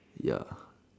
ya